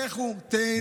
לכו, תיהנו.